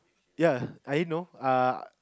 ya I didn't know uh